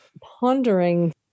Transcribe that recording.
pondering